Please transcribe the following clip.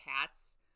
cats